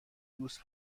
دوست